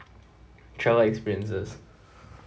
travel experiences